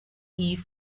eve